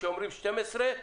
כשאומרים 12,